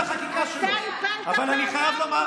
אתם ביקשתם אורכה